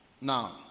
Now